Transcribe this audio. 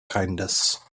kindness